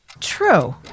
True